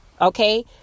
okay